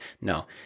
No